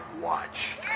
watch